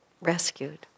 rescued